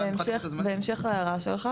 השאלה אם הזמנים --- בהמשך להערה שלך,